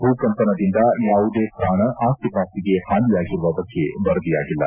ಭೂಕಂಪನದಿಂದ ಯಾವುದೇ ಪ್ರಾಣ ಆಸ್ತಿ ಪಾಸ್ತಿಗೆ ಹಾನಿಯಾಗಿರುವ ಬಗ್ಗೆ ವರದಿಯಾಗಿಲ್ಲ